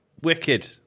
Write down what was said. wicked